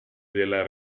della